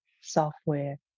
software